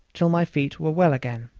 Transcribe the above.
till my feet were well again.